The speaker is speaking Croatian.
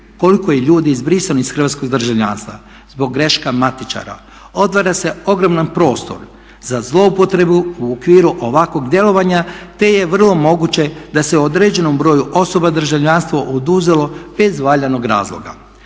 koliko je ljudi izbrisano iz hrvatskog državljanstva zbog grešaka matičara otvara se ogroman prostor za zloupotrebu u okviru ovakvog djelovanja te je vrlo moguće da se određenom broju osoba državljanstvo oduzelo bez valjanog razloga.